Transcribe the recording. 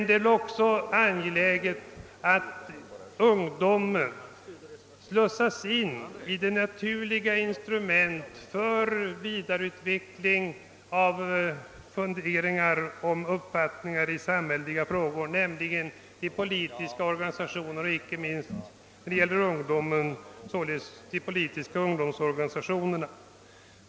Det är också angeläget att ungdomen slussas in i det naturliga instrument för vidareutveckling av funderingar om och uppfattningar i samhälleliga frågor som de politiska organisationerna utgör, inte minst de politiska ungdomsorganisationerna.